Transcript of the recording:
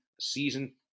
season